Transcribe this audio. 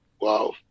Wow